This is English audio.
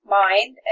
mind